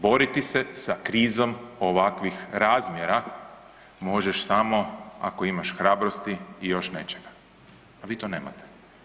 Boriti se sa krizom ovakvih razmjera možeš samo ako imaš hrabrosti i još nečega, a vi to nemate.